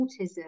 autism